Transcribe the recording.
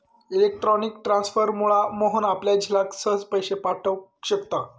electronic ट्रांसफरमुळा मोहन आपल्या झिलाक सहज पैशे पाठव शकता